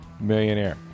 Millionaire